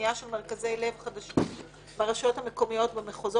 בנייה של מרכזי ל"ב חדשים ברשויות המקומיות במחוזות